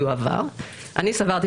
בעשר שנים מיום שהקטין מגיע לבגרות.